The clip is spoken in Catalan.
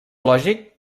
lògic